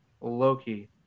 Loki